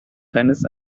tennis